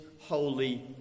holy